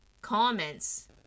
comments